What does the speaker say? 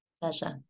Pleasure